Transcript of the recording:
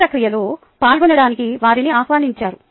ఈ ప్రక్రియలో పాల్గొనడానికి వారిని ఆహ్వానించారు